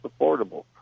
affordable